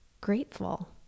grateful